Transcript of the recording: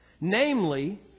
Namely